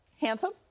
handsome